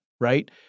right